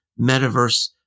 metaverse